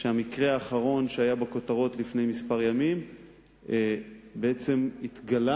שהמקרה האחרון שהיה בכותרות לפני כמה ימים בעצם התגלה